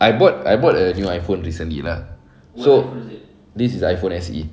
I bought I bought a new iPhone recently lah so this is iphone S_E